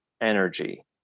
energy